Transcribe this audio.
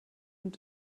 und